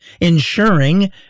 ensuring